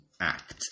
act